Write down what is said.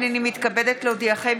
הינני מתכבדת להודיעכם,